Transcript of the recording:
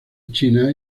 china